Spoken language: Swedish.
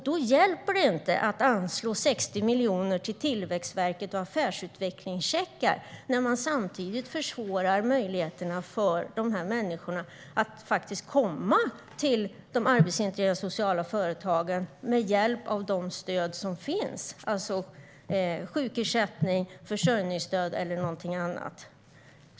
Det hjälper inte att anslå 60 miljoner till Tillväxtverket och affärsutvecklingscheckar när man samtidigt försvårar möjligheterna för dessa människor att faktiskt komma till de arbetsintegrerande sociala företagen med hjälp av de stöd som finns, alltså sjukersättning, försörjningsstöd eller något annat.